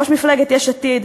ראש מפלגת יש עתיד,